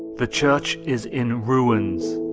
the church is in ruins.